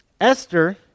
Esther